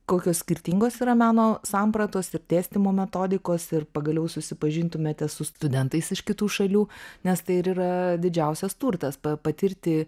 kokios skirtingos yra meno sampratos ir dėstymo metodikos ir pagaliau susipažintumėte su studentais iš kitų šalių nes tai ir yra didžiausias turtas patirti